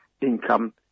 income